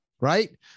right